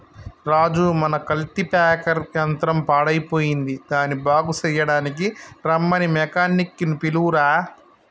రాజు మన కల్టిప్యాకెర్ యంత్రం పాడయ్యిపోయింది దానిని బాగు సెయ్యడానికీ రమ్మని మెకానిక్ నీ పిలువురా